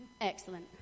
Excellent